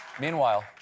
Meanwhile